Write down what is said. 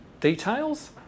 details